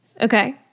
Okay